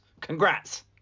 Congrats